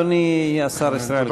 אדוני, השר ישראל כץ.